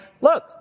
look